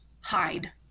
hide